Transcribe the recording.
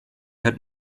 hat